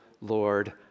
Lord